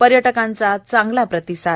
पर्यटकांचा चांगला प्रतिसाद